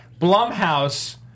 Blumhouse